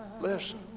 Listen